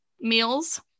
meals